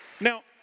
Now